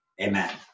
Amen